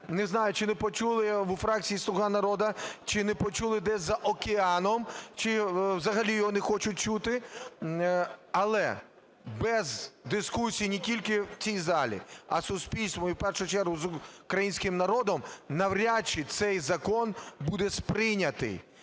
Не знаю, чи не почули його у фракції "Слуга народу", чи не почули десь за океаном, чи взагалі його не хочуть чути. Але без дискусії не тільки в цій залі, а з суспільством і в першу чергу з українським народом навряд чи цей закон буде сприйнятий,